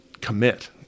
commit